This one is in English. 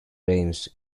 reims